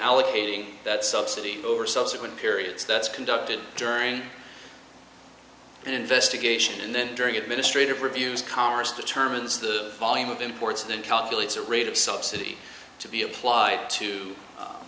allocating that subsidy over subsequent periods that's conducted during an investigation and then during administrative reviews commerce determines the volume of imports and calculates a rate of subsidy to be applied to